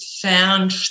found